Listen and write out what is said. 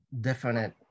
definite